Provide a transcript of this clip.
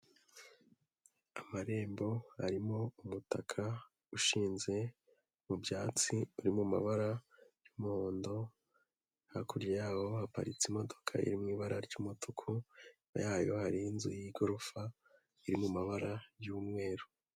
Amarembo arimo umutaka ushinze mu byatsi uri mu mabara y'umuhondo, hakurya yaho haparitse imodoka iri mu ibara ry'umutuku, inyuma yayo hari inzu y'igorofa iri mu mabara y'umweru.